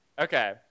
okay